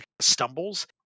stumbles